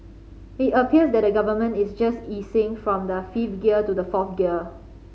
it appears that the Government is just easing from the fifth gear to the fourth gear